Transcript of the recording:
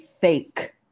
fake